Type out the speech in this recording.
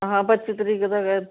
ਹਾਂ ਪੱਚੀ ਤਰੀਕ ਦਾ ਵਿਆਹ